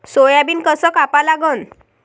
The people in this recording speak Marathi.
सोयाबीन कस कापा लागन?